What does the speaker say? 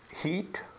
heat